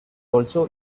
also